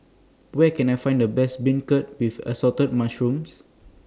Where Can I Find The Best Beancurd with Assorted Mushrooms